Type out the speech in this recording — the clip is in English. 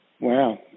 Wow